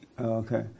Okay